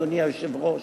אדוני היושב-ראש.